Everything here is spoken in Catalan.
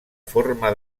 forma